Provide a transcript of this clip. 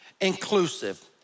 inclusive